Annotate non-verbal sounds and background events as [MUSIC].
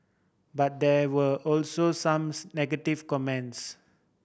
but there were also some [UNINTELLIGIBLE] negative comments